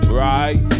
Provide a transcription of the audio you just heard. right